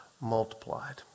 multiplied